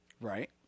Right